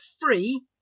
free